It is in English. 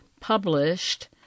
published